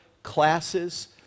classes